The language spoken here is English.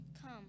Come